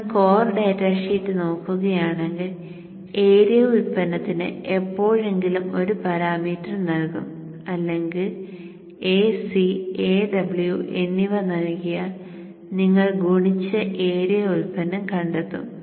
നിങ്ങൾ core data sheet നോക്കുകയാണെങ്കിൽ area ഉൽപ്പന്നത്തിന് എപ്പോഴെങ്കിലും ഒരു പാരാമീറ്റർ നൽകും അല്ലെങ്കിൽ Ac Aw എന്നിവ നൽകിയാൽ നിങ്ങൾ ഗുണിച്ച് ഏരിയ ഉൽപ്പന്നം കണ്ടെത്തും